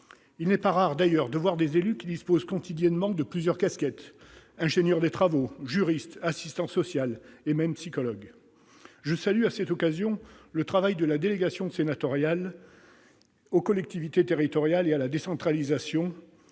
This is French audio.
Il n'est pas rare d'ailleurs de voir des élus avoir quotidiennement plusieurs casquettes : ingénieur des travaux, juriste, assistant social et même psychologue ! À cette occasion, je salue le travail de la délégation sénatoriale aux collectivités territoriales et à la décentralisation